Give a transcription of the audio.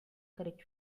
correct